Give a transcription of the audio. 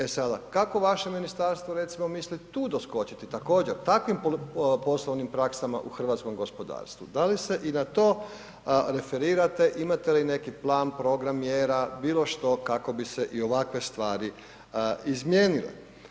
E sada, kako vaše ministarstvo recimo misli tu doskočiti također takvim poslovnim praksama u hrvatskom gospodarstvu, da li se i na to referirate, imate li neki plan, program mjera, bilo što kako bi se i ovakve stvari izmijenile?